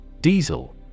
Diesel